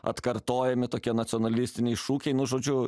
atkartojami tokie nacionalistiniai šūkiai nu žodžiu